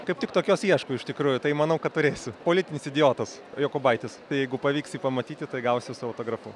kaip tik tokios ieškau iš tikrųjų tai manau kad turėsiu politinis idiotas jokubaitis jeigu pavyks jį pamatyti tai gausiu su autografu